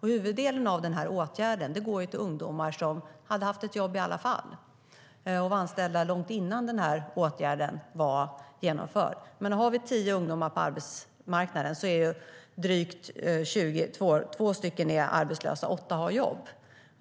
Huvuddelen av åtgärden går till ungdomar som hade haft ett jobb i alla fall och var anställda långt innan åtgärden var genomförd. Av tio ungdomar på arbetsmarknaden är två arbetslösa medan åtta har jobb.